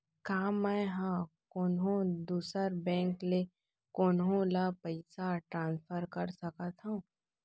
का मै हा कोनहो दुसर बैंक ले कोनहो ला पईसा ट्रांसफर कर सकत हव?